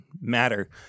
matter